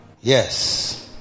yes